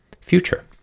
future